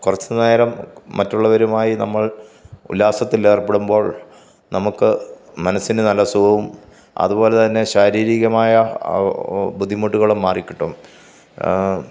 കുറച്ച് നേരം മറ്റുള്ളവരുമായി നമ്മൾ ഉല്ലാസത്തിലേർപ്പെടുമ്പോൾ നമുക്ക് മനസ്സിന് നല്ല സുഖവും അതുപോലെ തന്നെ ശാരീരികമായ ബുദ്ധിമുട്ടുകളും മാറിക്കിട്ടും